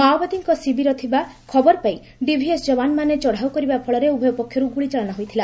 ମାଓବାଦୀଙ୍କ ଶିବିର ଥିବା ଖବର ପାଇ ଡିଭିଏସ୍ ଯବାନମାନେ ଚଢ଼ାଉ କରିବା ଫଳରେ ଉଭୟ ପକ୍ଷରୁ ଗୁଳି ଚାଳନା ହୋଇଥିଲା